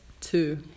two